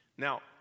Now